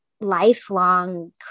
lifelong